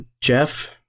Jeff